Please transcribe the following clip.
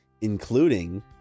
Including